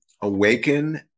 awaken